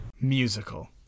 musical